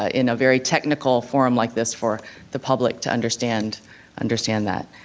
ah in a very technical forum like this, for the public to understand understand that.